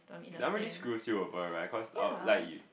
that one really screws you over right cause our like